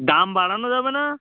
দাম বাড়ানো যাবে না